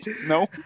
No